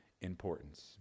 importance